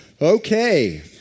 Okay